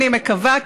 אני מקווה,